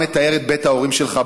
אתה מתאר את בית ההורים שלך,